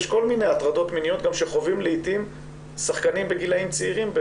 יש כל מיני הטרדות מיניות גם שחווים לעיתים שחקנים בגילאים צעירים,